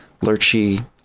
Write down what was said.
lurchy